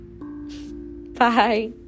Bye